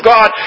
God